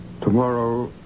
Tomorrow